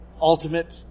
ultimate